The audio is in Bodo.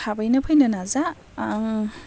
थाबैनो फैनो नाजा आं